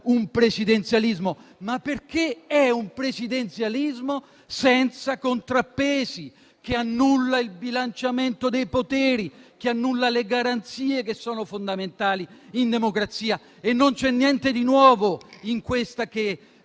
di presidenzialismo, ma perché è un presidenzialismo senza contrappesi, che annulla il bilanciamento dei poteri, che annulla le garanzie, che sono fondamentali in democrazia. Non c'è niente di nuovo in questa che la